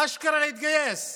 אשכרה להתגייס,